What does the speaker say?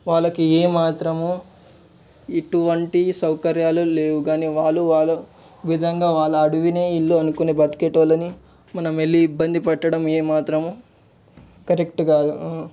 వాళ్ళకు ఏమాత్రము ఎటువంటి సౌక్యరాలు లేవు కాని వాళ్ళు వాళ్ళ విధంగా వాళ్ళ అడవినే ఇల్లు అనుకొని బ్రతికేటోళ్ళని మనం వెళ్ళి ఇబ్బంది పెట్టడం ఏమాత్రము కరెక్ట్ కాదు